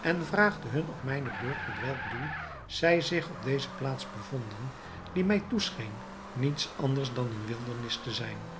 en vraagde hun op mijne beurt met welk doel zij zich op deze plaats bevonden die mij toescheen niet anders dan eene wildernis te zijn